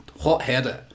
hot-headed